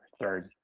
third